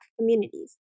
communities